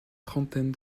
trentaine